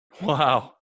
Wow